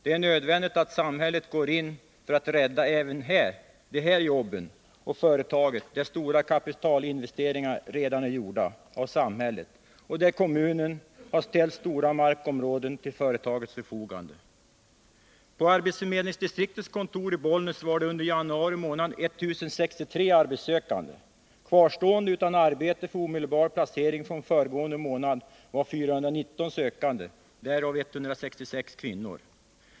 Det är nödvändigt att samhället går in för att rädda även dessa jobb och detta företag, där stora kapitalinvesteringar redan är gjorda av samhället. Kommunen har också ställt stora markområden till företagets förfogande. På arbetsförmedlingens distriktskontor i Bollnäs fanns det under januari månad 1063 arbetssökande. Kvarstående utan arbete för omedelbar placering från föregående månad var 419 sökande, därav 166 kvinnor.